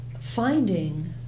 finding